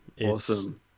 Awesome